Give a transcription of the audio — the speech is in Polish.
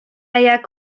jak